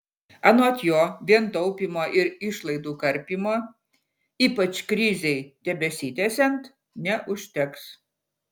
anot jo vien taupymo ir išlaidų karpymo ypač krizei tebesitęsiant neužteks